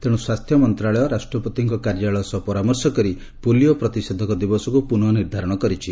ତେଣ୍ର ସ୍ୱାସ୍ଥ୍ୟ ମନ୍ତ୍ରଣାଳୟ ରାଷ୍ଟ୍ରପତିଙ୍କ କାର୍ଯ୍ୟାଳୟ ସହ ପରାମର୍ଶ କରି ପୋଲିଓ ପ୍ରତିଷେଧକ ଦିବସକୁ ପୁନଃ ନିର୍ଦ୍ଧାରଣ କରିଛି